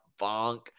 Bonk